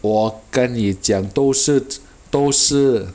我跟你讲都是 都是